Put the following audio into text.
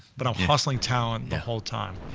but i'm hustling talent the whole time.